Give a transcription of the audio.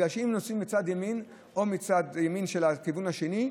כי אם נוסעים בצד ימין או בצד ימין של הכיוון השני,